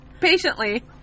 patiently